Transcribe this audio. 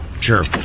Sure